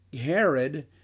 Herod